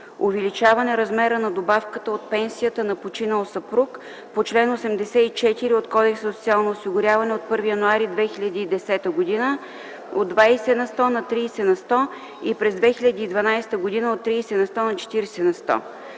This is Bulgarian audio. увеличаване размера на добавката от пенсията на починал съпруг по чл. 84 от Кодекса за социално осигуряване от 1 януари 2010 г. от 20 на сто на 30 сто и през 2012 г. от 30 на сто на 40 на сто.